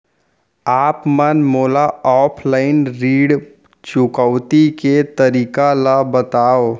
आप मन मोला ऑफलाइन ऋण चुकौती के तरीका ल बतावव?